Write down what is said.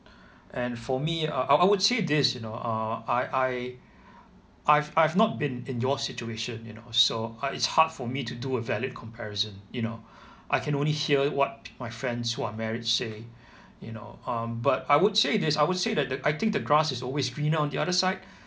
and for me uh I I would say this you know uh I I I've I've not been in your situation you know so I it's hard for me to do a valid comparison you know I can only hear what my friends who are married say you know um but I would say this I would say that the I think the grass is always greener on the other side